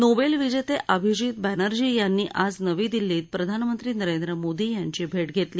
Nobel विजेते अभिजित बॅनर्जी यांनी आज नवी दिल्लीत प्रधानमंत्री नरेंद्र मोदी यांची भेट घेतली